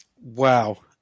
Wow